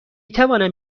توانم